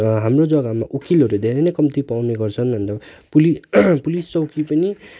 हाम्रो जग्गामा उकिलहरू धेरै नै कम्ती पाउने गर्छन् पुलि पुलिस चौकी पनि